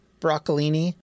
broccolini